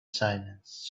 silence